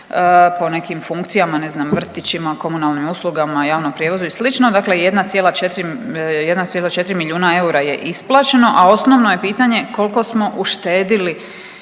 po nekim funkcijama, ne znam vrtićima, komunalnim uslugama, javnom prijevozu i sl. dakle 1,4 milijuna eura je isplaćeno, a osnovno je pitanje kolko smo uštedili